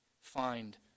find